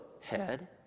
head